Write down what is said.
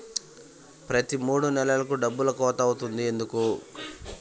ప్రతి మూడు నెలలకు డబ్బులు కోత అవుతుంది ఎందుకు?